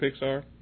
Pixar